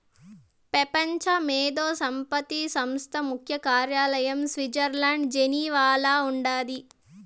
పెపంచ మేధో సంపత్తి సంస్థ ముఖ్య కార్యాలయం స్విట్జర్లండ్ల జెనీవాల ఉండాది